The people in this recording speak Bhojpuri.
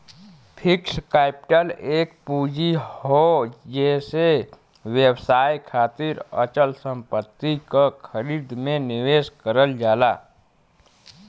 फिक्स्ड कैपिटल एक पूंजी हौ जेसे व्यवसाय खातिर अचल संपत्ति क खरीद में निवेश करल जाला